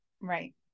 Right